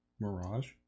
mirage